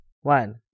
one